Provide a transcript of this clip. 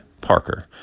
Parker